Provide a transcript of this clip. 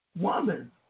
woman